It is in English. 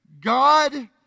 God